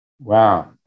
Wow